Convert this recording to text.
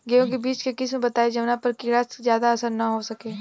गेहूं के बीज के किस्म बताई जवना पर कीड़ा के ज्यादा असर न हो सके?